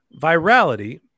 Virality